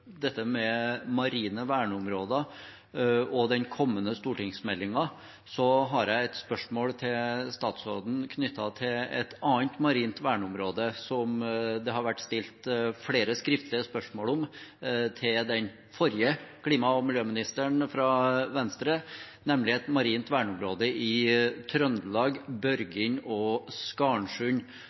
dette med marine verneområder og den kommende stortingsmeldingen, har jeg et spørsmål til statsråden knyttet til et annet marint verneområde. Det har vært stilt flere skriftlige spørsmål om det til den forrige klima- og miljøministeren fra Venstre, nemlig et marint verneområde i Trøndelag, Børgin og